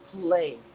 play